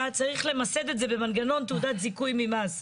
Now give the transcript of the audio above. צריך למסד את זה במנגנון תעודת זיכוי ממס.